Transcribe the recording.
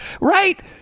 Right